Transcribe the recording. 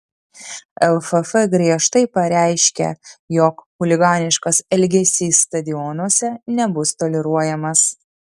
lff griežtai pareiškia jog chuliganiškas elgesys stadionuose nebus toleruojamas